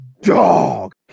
dog